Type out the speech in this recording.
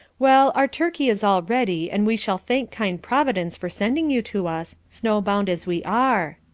well, our turkey is all ready, and we shall thank kind providence for sending you to us, snow-bound as we are.